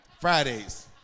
Fridays